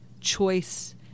choice